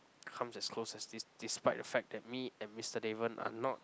come as close as this despite the fact that me and Mister Daven are not